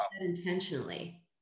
intentionally